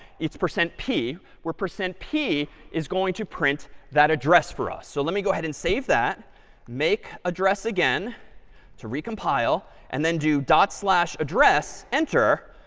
it's percent p, where percent p is going to print that address for us. so let me go ahead and save that make address again to recompile and then do dot slash address, enter.